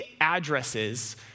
addresses